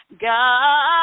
God